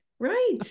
Right